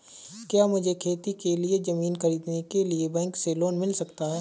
क्या मुझे खेती के लिए ज़मीन खरीदने के लिए बैंक से लोन मिल सकता है?